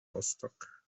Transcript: rostock